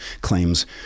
claims